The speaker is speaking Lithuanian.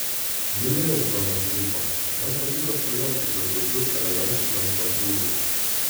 mylėjau žaną filipą man patiko svajoti kad rūpiu elegantiškam prancūzui